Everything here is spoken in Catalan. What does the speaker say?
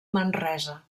manresa